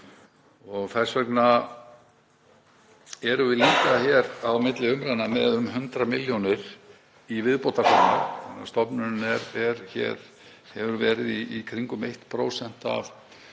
Þess vegna erum við líka hér á milli umræðna með um 100 milljónir í viðbótarframlag; stofnunin hefur verið í kringum 1% af